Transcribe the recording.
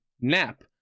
Nap